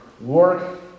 work